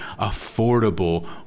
affordable